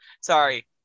Sorry